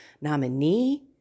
nominee